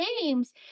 games